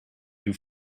you